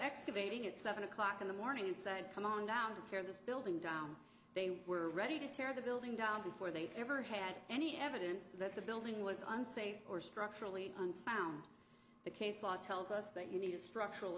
excavating at seven o'clock in the morning and said come on down to tear this building down they were ready to tear the building down before they ever had any evidence that the building was unsafe or structurally unsound the case law tells us that you need a structural